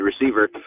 receiver